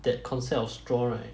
that concept of straw right